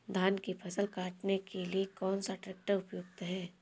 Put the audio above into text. धान की फसल काटने के लिए कौन सा ट्रैक्टर उपयुक्त है?